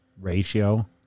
ratio